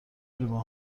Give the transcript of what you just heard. لیوان